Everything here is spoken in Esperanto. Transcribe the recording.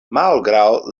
malgraŭ